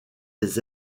des